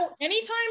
Anytime